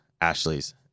Ashley's